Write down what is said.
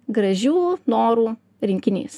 gražių norų rinkinys